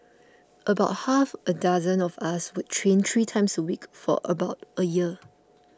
about half a dozen of us would train three times a week for about a year